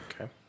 Okay